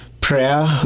prayer